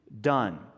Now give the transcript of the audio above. done